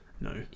No